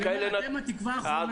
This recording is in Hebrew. אתם התקווה האחרונה שלנו.